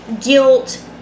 guilt